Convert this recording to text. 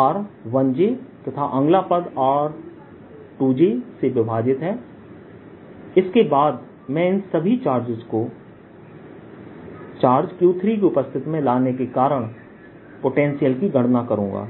r1j तथा अगला पद r2j से विभाजित है इसके बाद मैं इन सभी चार्जेस को चार्जQ3 की उपस्थिति में लाने के कारण पोटेंशियल की गणना करूँगा